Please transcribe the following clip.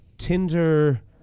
Tinder